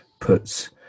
puts